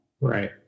Right